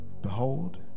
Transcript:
Behold